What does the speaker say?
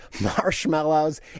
marshmallows